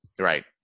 Right